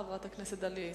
חברת הכנסת דליה איציק.